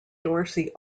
dorsey